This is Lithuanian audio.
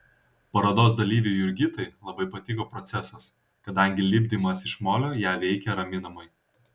parodos dalyvei jurgitai labai patiko procesas kadangi lipdymas iš molio ją veikė raminamai